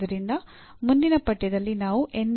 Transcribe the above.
ಆದ್ದರಿಂದ ಮುಂದಿನ ಪಠ್ಯದಲ್ಲಿ ನಾವು ಎನ್